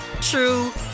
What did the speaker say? true